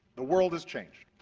the world is changed.